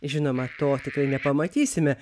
žinoma to tikrai nepamatysime